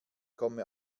komme